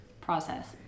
process